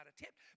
attempt